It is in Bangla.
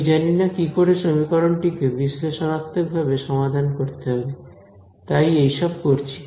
আমি জানিনা কি করে সমীকরণটি কে বিশ্লেষণাত্মক ভাবে সমাধান করতে হবে তাই এইসব করছি